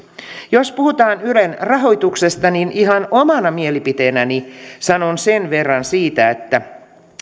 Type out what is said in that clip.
jos puhutaan ylen rahoituksesta niin ihan omana mielipiteenäni sanon sen verran että